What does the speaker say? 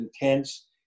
intense